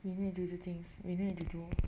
we need to do things we need to do